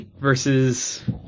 versus